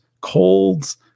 colds